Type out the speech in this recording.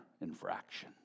infraction